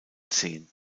zehn